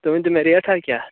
تُہۍ ؤنۍتو مےٚ ریٹھاہ کیٛاہ